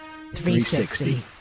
360